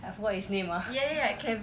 I forgot his name ah